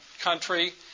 country